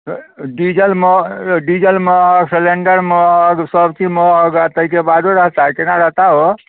डीजलमे diesel महग cylinder महग सब चीज महग आ ताहिके बादो रहता केना रहता ओ